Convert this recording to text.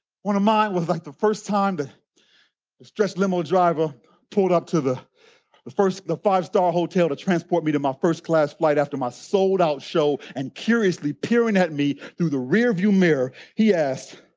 one of mine was like the first time the stretch limo driver pulled up to the the first the five-star hotel to transport me to my first class flight after my sold out show and curiously peering at me through the rearview mirror he asked,